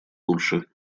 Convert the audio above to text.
лучше